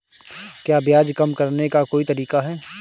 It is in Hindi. क्या ब्याज कम करने का कोई तरीका है?